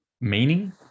meaning